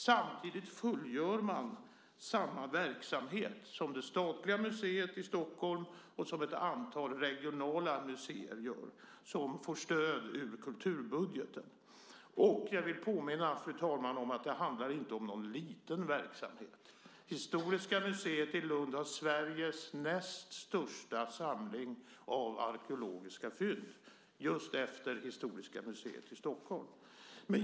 Samtidigt fullgör man samma verksamhet som det statliga museet i Stockholm och ett antal regionala museer som får stöd ur kulturbudgeten. Och jag vill, fru talman, påminna om att det inte handlar om någon liten verksamhet. Historiska museet i Lund har Sveriges näst största samling av arkeologiska fynd, efter Statens historiska museer i Stockholm.